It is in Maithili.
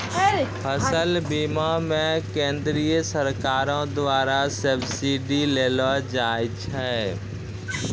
फसल बीमा मे केंद्रीय सरकारो द्वारा सब्सिडी देलो जाय छै